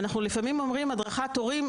אנחנו מדברים על הדרכת הורים,